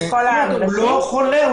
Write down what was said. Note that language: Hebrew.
לא חולה.